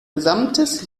gesamtes